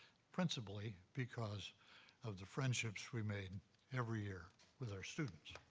principally because of the friendships we made every year with our students.